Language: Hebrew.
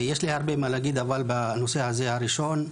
יש לי הרבה מה להגיד, אבל בנושא הראשון הזה: